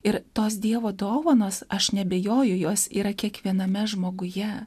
ir tos dievo dovanos aš neabejoju jos yra kiekviename žmoguje